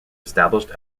established